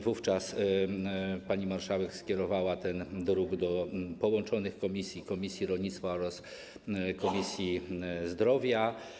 Wówczas pani marszałek skierowała ten druk do połączonych komisji: komisji rolnictwa oraz Komisji Zdrowia.